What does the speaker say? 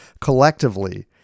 collectively